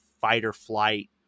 fight-or-flight